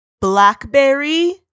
blackberry